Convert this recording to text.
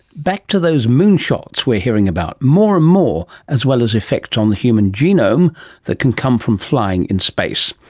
back to those moon shots we're hearing about more and more, as well as effects on the human genome that can come from flying in space.